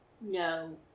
no